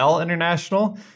International